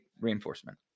reinforcement